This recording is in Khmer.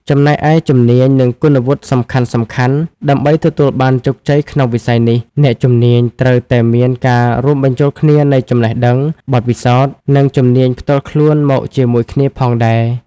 ចំណែកឯ ជំនាញ និងគុណវុឌ្ឍិសំខាន់ៗ ដើម្បីទទួលបានជោគជ័យក្នុងវិស័យនេះ អ្នកជំនាញត្រូវតែមានការរួមបញ្ចូលគ្នានៃចំណេះដឹង បទពិសោធន៍ និងជំនាញផ្ទាល់ខ្លួនមកជាមួយគ្នាផងដែរ។